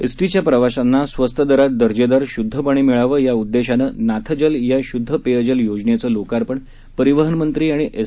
एसटीच्या प्रवाशांना स्वस्त दरात दर्जेदार शुद्ध पाणी मिळावं या उद्देशानं नाथजल या शुद्ध पेयजल योजनेचं लोकार्पण परिवहन मंत्री आणि एस